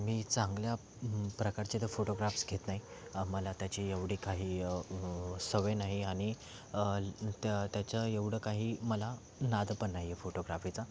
मी चांगल्या प्रकारचे त फोटोग्राफ्स घेत नाही मला त्याची एवढी काही सवय नाही आणि त्या त्याच्याएवढं काही मला नाद पण नाही आहे फोटोग्राफीचा